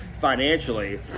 financially